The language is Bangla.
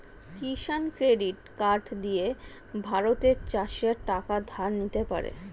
কিষান ক্রেডিট কার্ড দিয়ে ভারতের চাষীরা টাকা ধার নিতে পারে